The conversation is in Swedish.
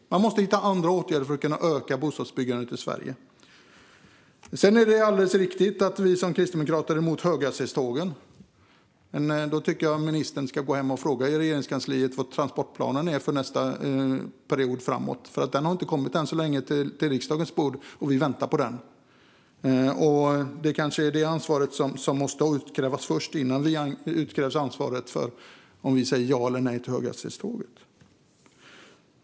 Man måste hitta andra åtgärder för att öka bostadsbyggandet i Sverige. Sedan är det alldeles riktigt att vi kristdemokrater är emot höghastighetstågen. Jag tycker att ministern ska gå hem till Regeringskansliet och fråga vad transportplanen är för nästa period framåt, för den har ännu inte kommit till riksdagen, och vi väntar på den. Det kanske är detta ansvar som måste utkrävas först, innan vi avkrävs ansvar för om vi säger ja eller nej till höghastighetståg.